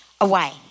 away